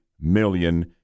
million